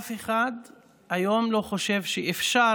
אף אחד היום לא חושב שאפשר